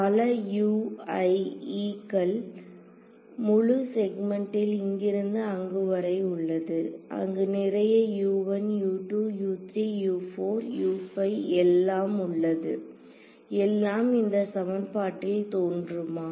பல U i e கள் இந்த முழு செக்மென்ட்டில் இங்கிருந்து அங்குவரை உள்ளது அங்கு நிறைய எல்லாம் உள்ளது எல்லாம் இந்த சமன்பாட்டில் தோன்றுமா